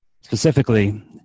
specifically